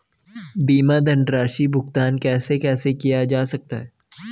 बीमा धनराशि का भुगतान कैसे कैसे किया जा सकता है?